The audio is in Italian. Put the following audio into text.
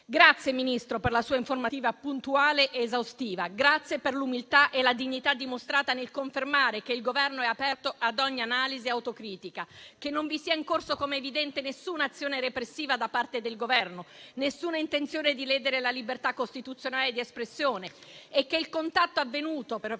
signor Ministro, per la sua informativa puntuale ed esaustiva, per l'umiltà e la dignità dimostrate nel confermare che il Governo è aperto ad ogni analisi e autocritica e che non siano in corso, com'è evidente, nessuna azione repressiva da parte del Governo e nessuna intenzione di ledere la libertà costituzionale di espressione e che il contatto, avvenuto per